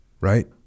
right